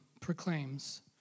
proclaims